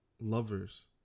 lovers